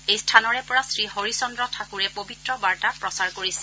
এই স্থানৰে পৰা শ্ৰীহৰিচন্দ্ৰ ঠাকুৰে পৱিত্ৰ বাৰ্তা প্ৰচাৰ কৰিছিল